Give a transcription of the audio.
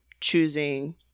choosing